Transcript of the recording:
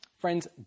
Friends